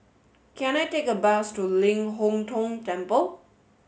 can I take a bus to Ling Hong Tong Temple